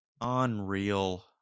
Unreal